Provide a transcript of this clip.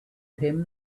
him